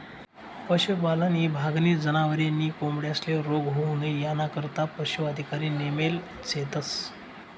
पशुपालन ईभागनी जनावरे नी कोंबड्यांस्ले रोग होऊ नई यानाकरता पशू अधिकारी नेमेल शेतस